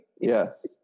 Yes